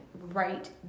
right